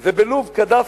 זה קדאפי,